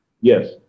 yes